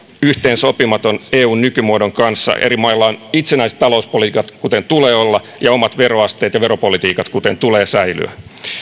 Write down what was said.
yhteensopimaton eun nykymuodon kanssa eri mailla on itsenäiset talouspolitiikat kuten tulee olla ja omat veroasteet ja veropolitiikat kuten tulee säilyä